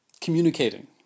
communicating